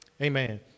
Amen